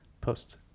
post